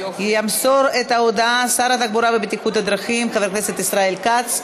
ימסור את ההודעה שר התחבורה והבטיחות בדרכים חבר הכנסת ישראל כץ.